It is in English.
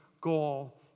goal